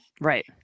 Right